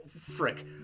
frick